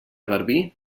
garbí